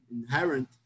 inherent